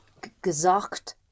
gesagt